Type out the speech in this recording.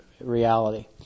reality